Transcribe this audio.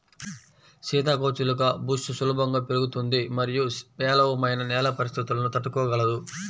సీతాకోకచిలుక బుష్ సులభంగా పెరుగుతుంది మరియు పేలవమైన నేల పరిస్థితులను తట్టుకోగలదు